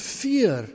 fear